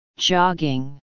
jogging